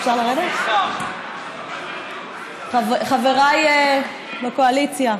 אפשר לרדת, חבריי בקואליציה?